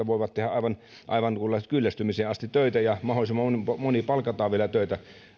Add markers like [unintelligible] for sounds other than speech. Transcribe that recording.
[unintelligible] voivat tehdä aivan aivan kyllästymiseen asti töitä ja mahdollisimman moni palkataan vielä töihin